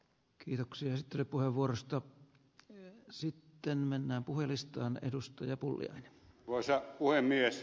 kiitoksia sateli puheenvuorosta käteen ja sitten mennään puhelistan edustaja pulliainen arvoisa puhemies